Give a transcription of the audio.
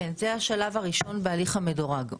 כן, זה השלב הראשון בהליך המדורג.